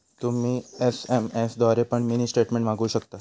तुम्ही एस.एम.एस द्वारे पण मिनी स्टेटमेंट मागवु शकतास